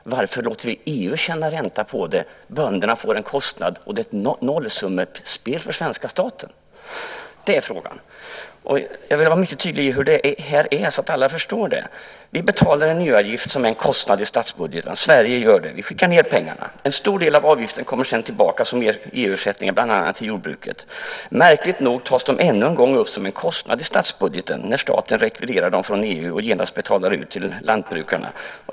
Varför låter vi EU tjäna ränta på dem och bönderna få en kostnad? Det är frågan. Det är ett nollsummespel för svenska staten. Jag vill vara mycket tydlig med hur det är så att alla förstår. Vi betalar en EU-avgift som är en kostnad i statsbudgeten. Sverige skickar ned pengarna. En stor del av avgiften kommer sedan tillbaka i form av EU-ersättning bland annat till jordbruket. Märkligt nog tas de ännu en gång upp som en kostnad i statsbudgeten när staten rekvirerar dem från EU och genast betalar ut dem till lantbrukarna.